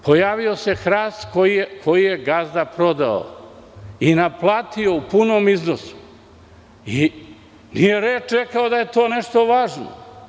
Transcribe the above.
Pojavio se hrast koji je gazda prodao i naplatio u punom iznosu i nije reč rekao da je to nešto važno.